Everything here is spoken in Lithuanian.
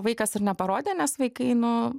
vaikas ir neparodė nes vaikai nu